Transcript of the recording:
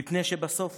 מפני שבסוף